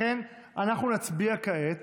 לכן, אנחנו נצביע כעת